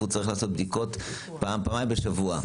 וצריך לעשות בדיקות INR פעם או פעמיים בשבוע.